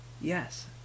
Yes